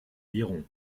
lirons